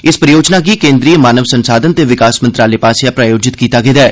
इस परियोजना गी केंद्री मानव संसाधन ते विकास मंत्रालय आस्सेआ प्रायोजित कीत्ता गेदा ऐ